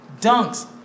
dunks